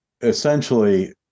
essentially